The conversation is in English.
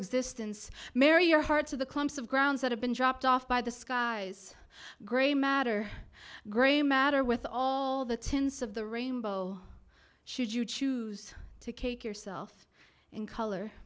existence mary your hearts of the clumps of ground that have been dropped off by the skies gray matter gray matter with all the tense of the rainbow should you choose to kc yourself in color